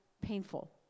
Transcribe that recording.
painful